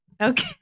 Okay